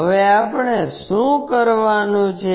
હવે આપણે શું કરવાનું છે